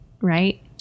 right